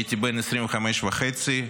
הייתי בן 25 וחצי.